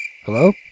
Hello